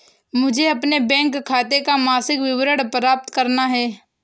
मुझे अपने बैंक खाते का मासिक विवरण प्राप्त करना है?